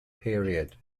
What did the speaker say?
period